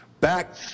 back